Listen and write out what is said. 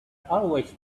always